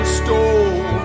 stole